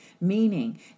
Meaning